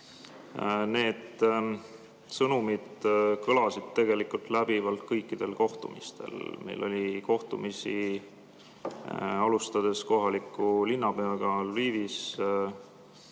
Need sõnumid kõlasid tegelikult läbivalt kõikidel kohtumistel. Meil oli mitu kohtumist: kohtumine kohaliku linnapeaga Lvivis,